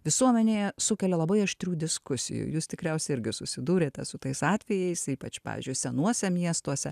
visuomenėje sukelia labai aštrių diskusijų jūs tikriausiai irgi susidūrėte su tais atvejais ypač pavyzdžiui senuose miestuose